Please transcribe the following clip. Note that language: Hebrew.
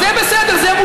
אז זה בסדר, זה מותר.